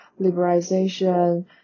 liberalization